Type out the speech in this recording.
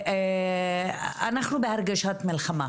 ואנחנו בהרגשת מלחמה.